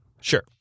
Sure